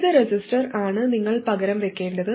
ഏത് റെസിസ്റ്ററാണ് നിങ്ങൾ പകരം വയ്ക്കേണ്ടത്